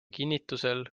kinnitusel